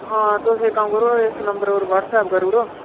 हां तुस इक कम्म करो इस नंबर उप्पर व्हाट्स ऐप करी ओड़ो